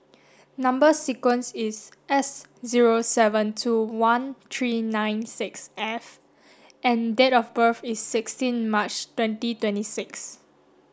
number sequence is S zero seven two one three nine six F and date of birth is sixteen March twenty twenty six